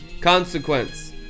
consequence